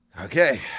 Okay